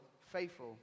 faithful